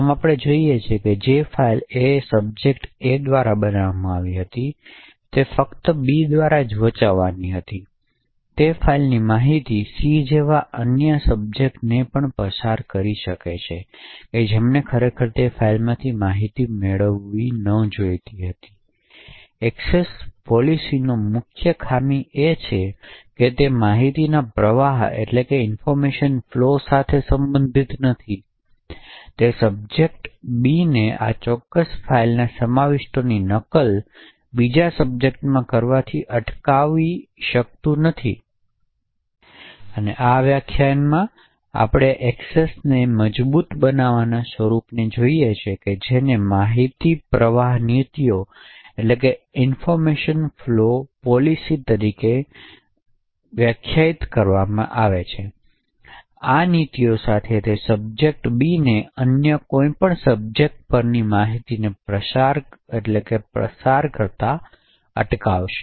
આમ આપણે જોઈએ છીએ કે જે ફાઇલ એ સબ્જેક્ટ A દ્વારા બનાવવામાં આવી હતી અને તે ફક્ત સબ્જેક્ટ બી દ્વારા વાંચવાની છે તે ફાઇલની માહિતી સી જેવા અન્ય સબ્જેક્ટને પણ પસાર કરે છે જેમણે ખરેખર તે ફાઇલમાંથી માહિતી મેળવી ન હતી તેથી એક્સેસ પોલિસીનો મુખ્ય ખામી એ છે કે તે માહિતીના પ્રવાહ સાથે સંબંધિત નથી તે સબ્જેક્ટ બીને આ ચોક્કસ ફાઇલના સમાવિષ્ટોની નકલ બીજા સબ્જેક્ટમાં કરવાથી અટકાવવા માટે તપાસ કરી શકશે નહીં આ વિશિષ્ટ વ્યાખ્યાનમાં આપણે એ એક્સેસના મજબૂત સ્વરૂપને જોઈએ છીએ માહિતી પ્રવાહ નીતિઓના આધારે નિયંત્રણ આ નીતિઓ સાથે તે સબ્જેક્ટ બીને અન્ય કોઈપણ સબ્જેક્ટ પરની માહિતીને પસાર કરતા અટકાવશે